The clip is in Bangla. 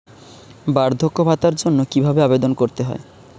বার্ধক্য ভাতার জন্য কিভাবে আবেদন করতে হয়?